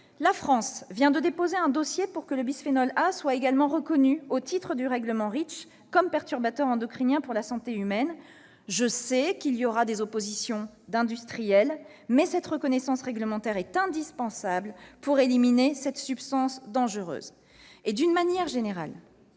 La France vient de déposer un dossier pour que le bisphénol A soit également reconnu au titre du règlement REACH comme perturbateur endocrinien pour la santé humaine. Je sais qu'il y aura des oppositions de la part des industriels, mais cette reconnaissance réglementaire est indispensable pour éliminer cette substance dangereuse. De manière générale,